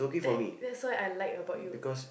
that that's why I like about you